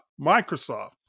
Microsoft